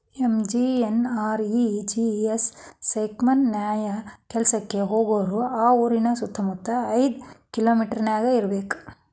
MGNREGS scheme ನ್ಯಾಯ ಕೆಲ್ಸಕ್ಕ ಹೋಗೋರು ಆ ಊರಿನ ಸುತ್ತಮುತ್ತ ಐದ್ ಕಿಲೋಮಿಟರನ್ಯಾಗ ಇರ್ಬೆಕ್